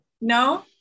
No